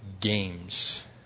games